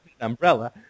umbrella